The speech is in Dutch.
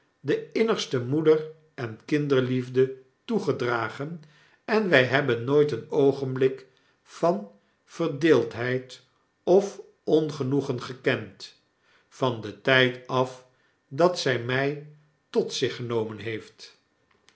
de innigste moeder en kinderliefde toegedragen en wy hebben nooit een oogenblik van verdeeldheid of ongenoegen gekend van dentydafdat zy my tot zich genomen heeft